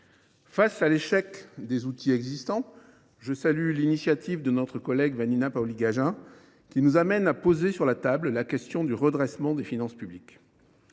Face à l’échec des outils existants, je salue l’initiative de Vanina Paoli Gagin, qui nous amène à poser la question du redressement des finances publiques.